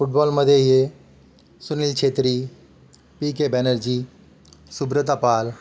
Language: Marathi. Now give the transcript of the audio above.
फुटबॉलमध्ये हे सुनील छेत्री पी के बॅनर्जी सुब्रत पाल